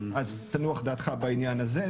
אז תנוח דעתך בעניין הזה,